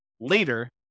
later